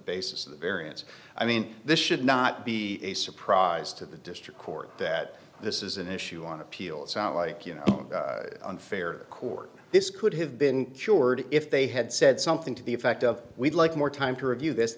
basis of the variance i mean this should not be a surprise to the district court that this is an issue on appeal it sounds like you know unfair court this could have been cured if they had said something to the effect of we'd like more time to review this